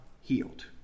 healed